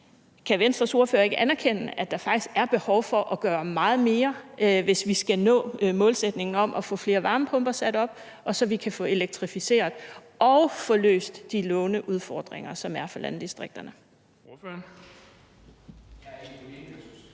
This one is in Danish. kan Venstres ordfører ikke anerkende, at der faktisk er behov for at gøre meget mere, hvis vi skal nå målsætningen om at få flere varmepumper sat op, og så vi kan få elektrificeret og få løst de låneudfordringer, som er for landdistrikterne?